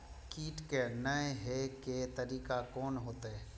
कीट के ने हे के तरीका कोन होते?